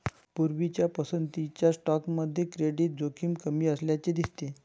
पूर्वीच्या पसंतीच्या स्टॉकमध्ये क्रेडिट जोखीम कमी असल्याचे दिसते